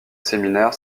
séminaire